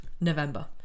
November